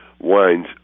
wines